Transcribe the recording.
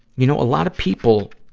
you know, a lot of people,